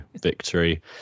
victory